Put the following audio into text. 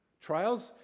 Trials